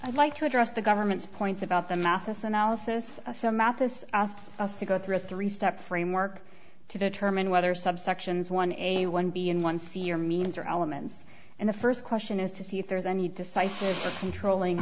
i'd like to address the government's points about the matheson analysis so mathis asked us to go through a three step framework to determine whether subsections one a one b n one c or means or elements in the first question is to see if there's any decisive controlling